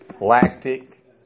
Lactic